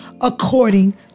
according